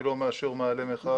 אני לא מאשר מאהלי מחאה,